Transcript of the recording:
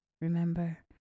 remember